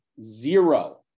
zero